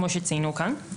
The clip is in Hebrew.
כמו שציינו כאן.